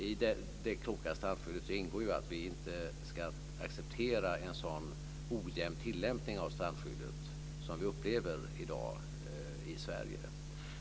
I det kloka strandskyddet ingår ju att vi inte ska acceptera en sådan ojämn tillämpning av strandskyddet som vi upplever i dag i Sverige.